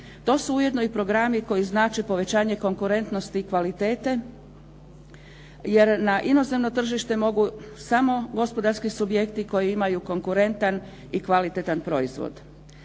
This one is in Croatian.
To su ujedno i programi koji znače povećanje konkurentnosti kvalitete jer na inozemno tržište mogu samo gospodarski subjekti koji imaju konkurentan i kvalitetan proizvod.